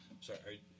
Sorry